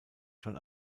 schon